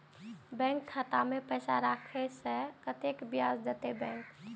Bank खाता में पैसा राखे से कतेक ब्याज देते बैंक?